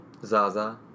Zaza